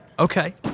Okay